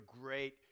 great